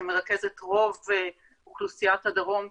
שמרכז את רוב אוכלוסיית הדרום,